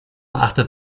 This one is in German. achtet